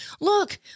look